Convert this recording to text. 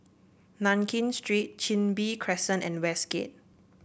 Nankin Street Chin Bee Crescent and Westgate